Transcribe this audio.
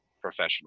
professional